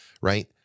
right